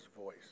voice